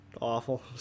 awful